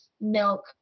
milk